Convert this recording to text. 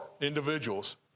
individuals